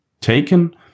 taken